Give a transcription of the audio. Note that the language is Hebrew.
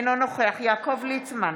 אינו נוכח יעקב ליצמן,